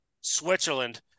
Switzerland